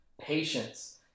patience